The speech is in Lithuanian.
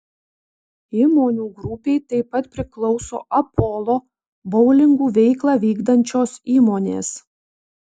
įmonių grupei taip pat priklauso apolo boulingų veiklą vykdančios įmonės